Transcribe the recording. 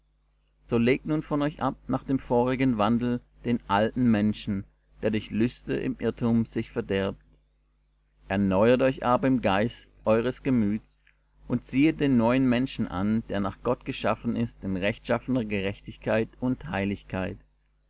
so legt nun von euch ab nach dem vorigen wandel den alten menschen der durch lüste im irrtum sich verderbt erneuert euch aber im geist eures gemüts und ziehet den neuen menschen an der nach gott geschaffen ist in rechtschaffener gerechtigkeit und heiligkeit